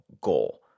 goal